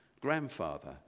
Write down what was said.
Grandfather